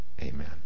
Amen